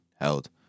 held